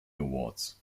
awards